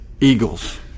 eagles